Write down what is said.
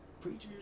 Preachers